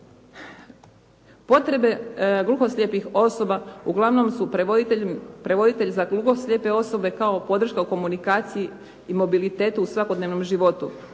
Potrebe gluho-slijepih osoba uglavnom su prevoditelj za gluho-slijepe osobe kao podrška u komunikaciji i mobilitetu u svakodnevnom životu,